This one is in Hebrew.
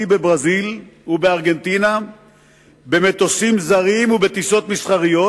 בברזיל ובארגנטינה במטוסים זרים ובטיסות מסחריות,